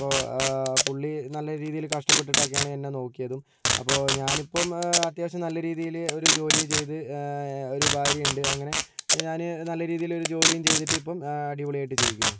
അപ്പോൾ പുള്ളി നല്ല രീതീൽ കഷ്ടപ്പെട്ടിട്ടൊക്കെയാണ് എന്നെ നോക്കിയതും അപ്പോൾ ഞാനിപ്പോൾ അത്യാവശ്യം നല്ല രീതിയിൽ ഒരു ജോലിയും ചെയ്ത് ഒരു ഭാര്യ ഉണ്ട് അങ്ങനെ ഞാന് നല്ല രീതീൽ ഒരു ജോലിയും ചെയ്തിട്ടിപ്പോൾ അടിപൊളിയായിട്ട് ജീവിക്കുന്നു